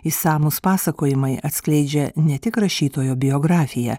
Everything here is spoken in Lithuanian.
išsamūs pasakojimai atskleidžia ne tik rašytojo biografiją